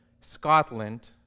Scotland